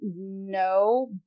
no